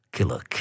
Killer